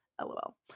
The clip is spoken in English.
lol